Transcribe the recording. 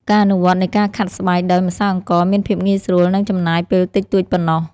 ការអនុវត្តនៃការខាត់ស្បែកដោយម្សៅអង្ករមានភាពងាយស្រួល និងចំណាយពេលតិចតួចប៉ុណ្ណោះ។